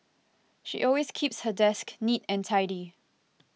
she always keeps her desk neat and tidy